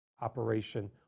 operation